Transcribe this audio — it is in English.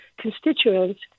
constituents